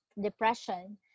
depression